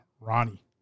Ronnie